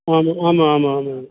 ஆமாம் ஆமாம் ஆமாம் ஆமாம்